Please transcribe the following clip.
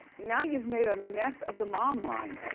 now you've made a mess of the mom line,